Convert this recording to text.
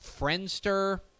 Friendster